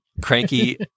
cranky